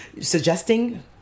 suggesting